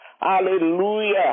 Hallelujah